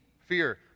fear